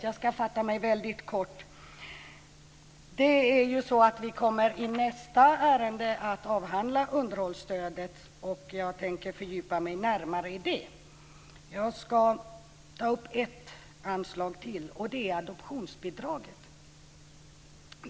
Jag ska fatta mig väldigt kort i fråga om underhållsstödet. Vi kommer i nästa ärende att avhandla underhållsstödet. Jag tänker fördjupa mig närmare i det då. Jag ska ta upp ett anslag till, adoptionsbidraget.